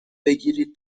بگیرید